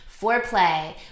Foreplay